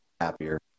happier